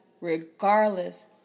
regardless